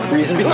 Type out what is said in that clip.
reason